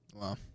Wow